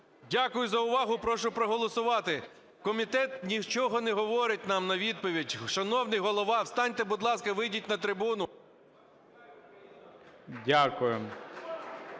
Дякую за увагу і прошу проголосувати. Комітет нічого не говорить нам на відповідь. Шановний голова, встаньте, будь ласка, вийдіть на трибуну.